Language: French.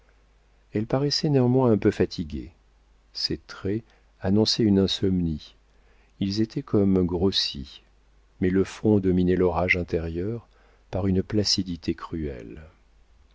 elle paraissait néanmoins un peu fatiguée ses traits annonçaient une insomnie ils étaient comme grossis mais le front dominait l'orage intérieur par une placidité cruelle